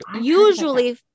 Usually